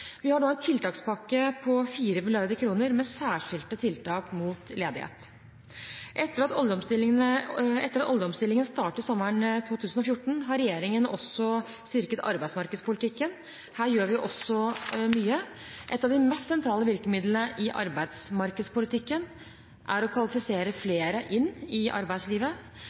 Vi har en tiltakspakke på 4 mrd. kr med særskilte tiltak mot ledighet. Etter at oljeomstillingene startet sommeren 2014, har regjeringen også styrket arbeidsmarkedspolitikken. Her gjør vi mye: Et av de mest sentrale virkemidlene i arbeidsmarkedspolitikken er å kvalifisere flere inn i arbeidslivet.